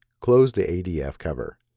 close the adf cover.